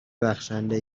بخشنده